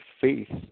faith